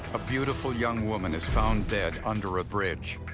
a beautiful young woman is found dead under a bridge.